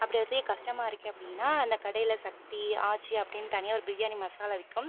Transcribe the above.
அப்படி அதை செய்ய கஷ்டமா இருக்குது அப்படினா அந்த கடையில் சக்தி ஆச்சி அப்படின்னு தனியாக ஒரு பிரியாணி மசாலா விற்கும்